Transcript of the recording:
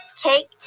cake